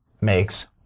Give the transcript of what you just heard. makes